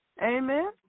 Amen